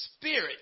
Spirit